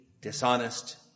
dishonest